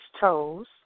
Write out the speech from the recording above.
toes